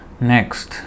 next